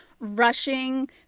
Rushing